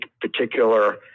particular